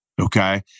okay